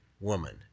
woman